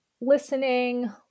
listening